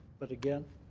but again